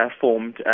formed